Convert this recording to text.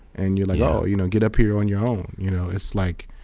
and you're like, oh, you know get up here on your own. you know it's like,